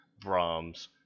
Brahms